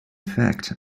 fact